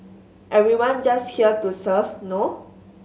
everyone just here to serve no